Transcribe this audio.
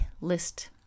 list